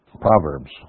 Proverbs